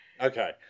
Okay